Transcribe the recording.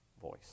voice